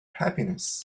happiness